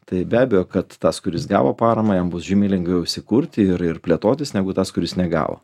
tai be abejo kad tas kuris gavo paramą jam bus žymiai lengviau įsikurti ir ir plėtotis negu tas kuris negavo